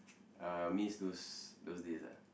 uh miss those those days ah